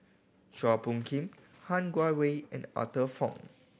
Chua Phung Kim Han Guangwei and Arthur Fong